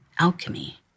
Alchemy